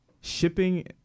Shipping